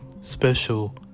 special